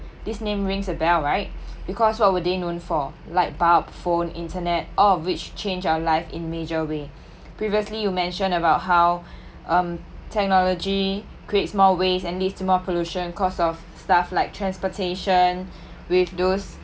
this name rings a bell right because what were they known for light bulb phone internet all of which change our life in major way previously you mention about how um technology creates more ways and leads to more pollution cause of stuff like transportation with those